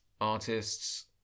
artists